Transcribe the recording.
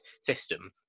system